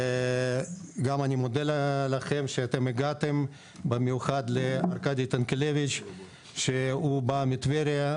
אני מודה גם לכם שאתם הגעתם במיוחד לארקדי טנקלביץ שהוא בא מטבריה,